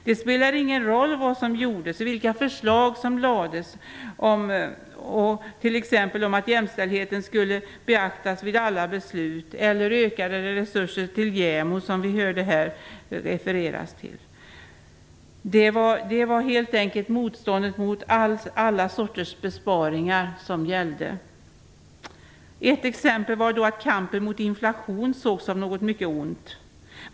Det spelar ingen roll vad som gjordes och vilka förslag som lades fram, t.ex. om att jämställdheten skulle beaktas vid alla beslut eller om ökade resurser till JämO, som det här refererats till. Det var helt enkelt motståndet mot alla sorters besparingar som gällde. Ett exempel var att kampen mot inflation sågs som något mycket ont.